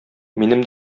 минем